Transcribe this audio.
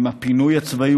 עם הפינוי הצבאי,